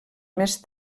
més